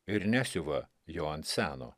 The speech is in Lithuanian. ir nesiuva jo ant seno